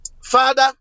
father